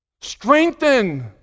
Strengthen